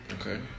Okay